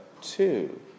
two